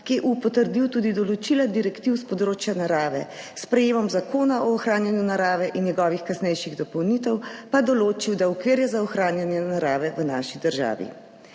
ki je potrdil tudi določila direktiv s področja narave, s sprejemom Zakona o ohranjanju narave in njegovih kasnejših dopolnitev pa določil, da okvir je za ohranjanje narave v naši državi.